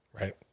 right